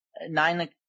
nine